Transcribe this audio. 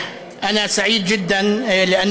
(אומר דברים בשפה הערבית, להלן